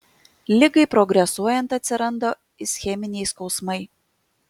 ligai progresuojant atsiranda ischeminiai skausmai